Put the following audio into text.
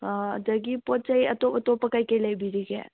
ꯑꯗꯒꯤ ꯄꯣꯠꯆꯩ ꯑꯇꯣꯞ ꯑꯇꯣꯞꯄ ꯀꯩꯀꯩ ꯂꯩꯕꯤꯔꯤꯒꯦ